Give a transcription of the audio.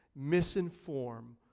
misinform